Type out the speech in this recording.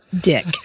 dick